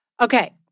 Okay